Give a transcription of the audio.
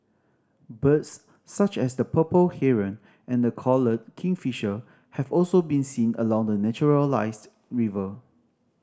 birds such as the purple heron and the collared kingfisher have also been seen along the naturalised river